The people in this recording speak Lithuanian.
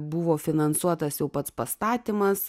buvo finansuotas jau pats pastatymas